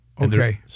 Okay